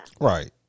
Right